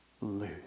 lose